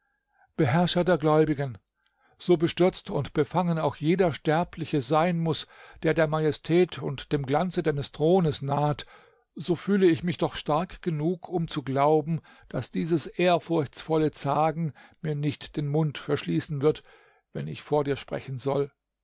beherrscher der gläubigen so bestürzt und befangen auch jeder sterbliche sein muß der der majestät und dem glanze deines thrones naht so fühle ich mich doch stark genug um zu glauben daß dieses ehrfurchtsvolle zagen mir nicht den mund verschließen wird wenn ich vor dir sprechen soll